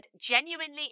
Genuinely